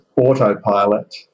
autopilot